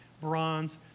bronze